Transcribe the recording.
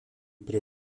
prie